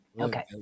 Okay